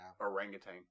Orangutan